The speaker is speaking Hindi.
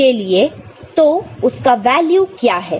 तो इसका वैल्यू क्या है